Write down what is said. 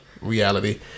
reality